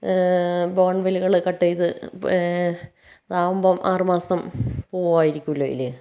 ബോഗൺവില്ലകൾ cut ചെയ്ത് അതാവുമ്പം ആറുമാസം പോകുമായിരിക്കില്ലേ അതിൽ